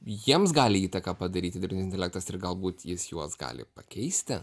jiems gali įtaką padaryti dirbtinis intelektas ir galbūt jis juos gali pakeisti